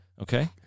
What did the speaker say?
okay